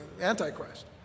Antichrist